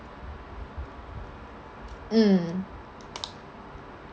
mm